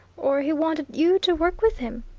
or he wanted you to work with him.